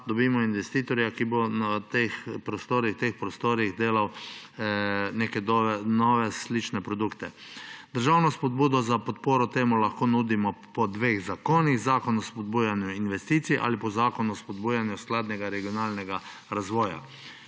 dobimo investitorja, ki bo v teh prostorih delal neke nove slične produkte. Državno spodbudo za podporo temu lahko nudimo po dveh zakonih – Zakonu o spodbujanju investicij ali po Zakonu o spodbujanju skladnega regionalnega razvoja.